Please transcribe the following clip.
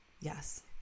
Yes